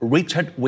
Richard